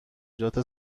جات